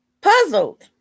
puzzled